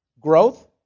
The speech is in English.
growth